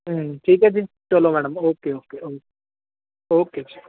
ਠੀਕ ਹੈ ਜੀ ਚਲੋ ਮੈਡਮ ਓਕੇ ਓਕੇ ਓਕੇ ਜੀ